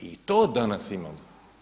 I to danas imamo.